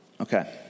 Okay